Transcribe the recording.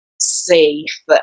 safe